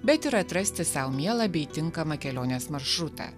bet ir atrasti sau mielą bei tinkamą kelionės maršrutą